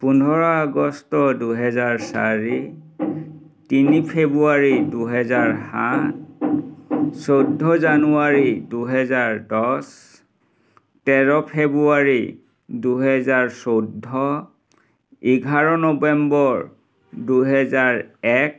পোন্ধৰ আগষ্ট দুহেজাৰ চাৰি তিনি ফেব্ৰুৱাৰী দুহেজাৰ সাত চৈধ্য জানুৱাৰী দুহেজাৰ দহ তেৰ ফেব্ৰুৱাৰী দুহেজাৰ চৈধ্য এঘাৰ নৱেম্বৰ দুহেজাৰ এক